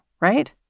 right